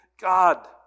God